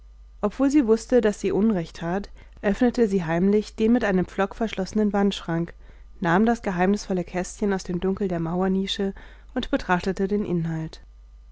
obwohl sie wußte daß sie unrecht tat öffnete sie heimlich den mit einem pflock verschlossenen wandschrank nahm das geheimnisvolle kästchen aus dem dunkel der mauernische und betrachtete den inhalt